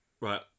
Right